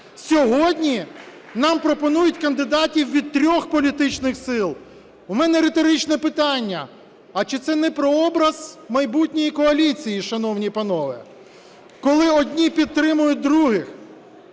Сьогодні нам пропонують кандидатів від трьох політичних сил. В мене риторичне питання: а чи це не про образ майбутньої коаліції, шановні панове, коли одні підтримують других